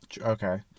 Okay